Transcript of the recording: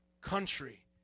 country